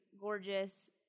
Gorgeous